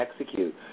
execute